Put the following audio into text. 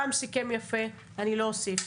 רם סיכם יפה, אני לא אוסיף.